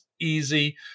easy